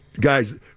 Guys